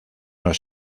los